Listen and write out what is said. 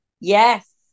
Yes